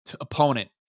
opponent